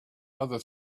other